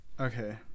okay